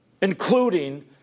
including